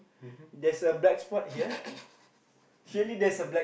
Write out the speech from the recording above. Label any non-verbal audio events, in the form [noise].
mmhmm [laughs]